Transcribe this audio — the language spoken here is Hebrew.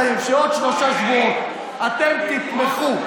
לכן אם אתה תתחייב שבעוד שלושה שבועות אתם תתמכו,